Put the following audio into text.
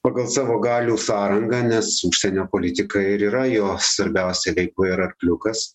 pagal savo galių sąrangą nes užsienio politika ir yra jo svarbiausia veikla ir arkliukas